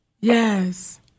Yes